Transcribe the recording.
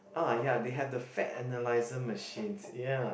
ah ya they have the fat analyzer machine ya